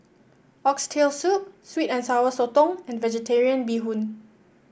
Oxtail Soup sweet and Sour Sotong and vegetarian Bee Hoon